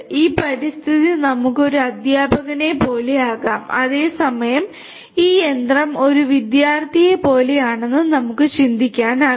ഈ പരിതസ്ഥിതി നമുക്ക് ഒരു അധ്യാപകനെപ്പോലെയാകാം അതേസമയം ഈ യന്ത്രം ഒരു വിദ്യാർത്ഥിയെപ്പോലെയാണെന്ന് നമുക്ക് ചിന്തിക്കാനാകും